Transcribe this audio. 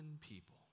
people